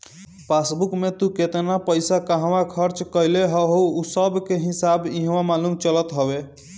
passbook में तू केतना पईसा कहवा खरच कईले हव उ सबकअ हिसाब इहवा मालूम चलत हवे